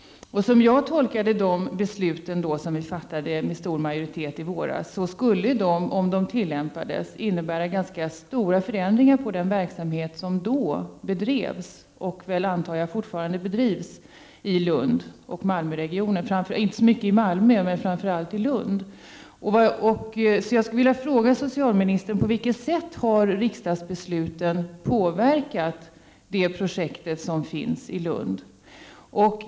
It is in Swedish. Som jag tolkade de beslut som vi fattade med stor majoritet i våras, skulle de, om de tillämpades, innebära ganska stora förändringar på den verksamhet som då bedrevs — och väl fortfarande bedrivs — i Malmö och framför allt i Lund. Jag skulle vilja fråga socialministern på vilket sätt riksdagsbesluten har påverkat de projekt som finns i Lund.